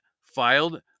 filed